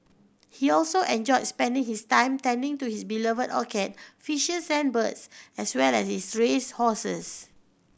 he also enjoyed spending his time tending to his beloved orchid fishes and birds as well as his race horses